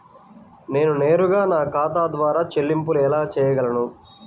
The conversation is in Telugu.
నేను నేరుగా నా ఖాతా ద్వారా చెల్లింపులు ఎలా చేయగలను?